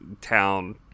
town